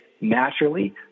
naturally